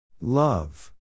Love